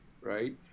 right